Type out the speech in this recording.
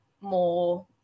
more